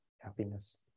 happiness